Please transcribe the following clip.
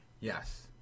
yes